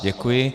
Děkuji.